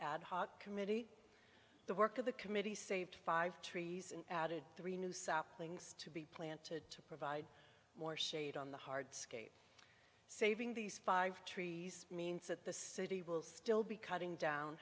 ad hoc committee the work of the committee saved five trees and added three new things to be planted to provide more shade on the hard skate saving these five trees means that the city will still be cutting down